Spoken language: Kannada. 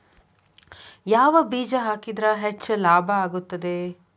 ಯಾವ ಬೇಜ ಹಾಕಿದ್ರ ಹೆಚ್ಚ ಲಾಭ ಆಗುತ್ತದೆ?